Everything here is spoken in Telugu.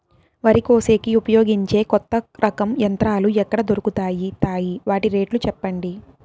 వరి కోసేకి ఉపయోగించే కొత్త రకం యంత్రాలు ఎక్కడ దొరుకుతాయి తాయి? వాటి రేట్లు చెప్పండి?